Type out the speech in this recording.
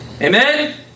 Amen